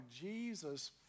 Jesus